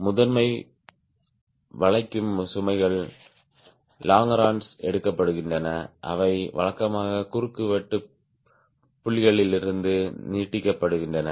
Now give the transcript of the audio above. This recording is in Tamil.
முதன்மை வளைக்கும் சுமைகள் லாங்கரோன்ஸ் எடுக்கப்படுகின்றன அவை வழக்கமாக குறுக்குவெட்டு புள்ளிகளிலிருந்து நீட்டிக்கப்படுகின்றன